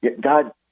God